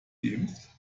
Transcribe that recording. geimpft